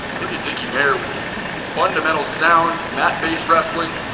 look at dicky mayer with fundamental sound mat based wrestling,